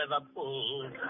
Liverpool